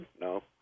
No